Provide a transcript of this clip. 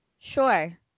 sure